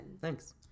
Thanks